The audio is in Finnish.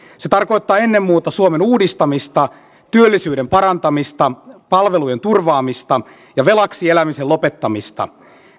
se tarkoittaa ennen muuta suomen uudistamista työllisyyden parantamista palvelujen turvaamista ja velaksi elämisen lopettamista